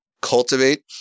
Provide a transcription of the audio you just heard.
cultivate